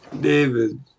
David